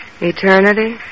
Eternity